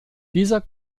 dieser